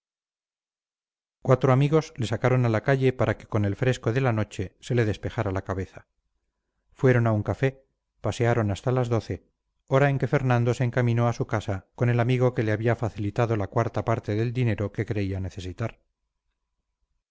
cuatro amigos le sacaron a la calle para que con el fresco de la noche se le despejara la cabeza fueron a un café pasearon hasta las doce hora en que fernando se encaminó a su casa con el amigo que le había facilitado la cuarta parte del dinero que creía necesitar